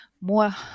more